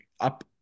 up